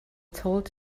told